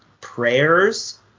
prayers